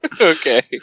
Okay